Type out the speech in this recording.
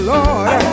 Lord